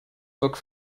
book